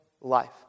life